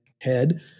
head